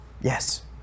Yes